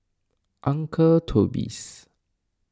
Uncle Toby's